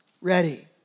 ready